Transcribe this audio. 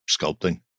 sculpting